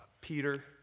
Peter